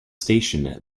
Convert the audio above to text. station